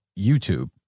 YouTube